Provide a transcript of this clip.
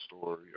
story